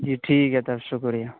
جی ٹھیک ہے تب شکریہ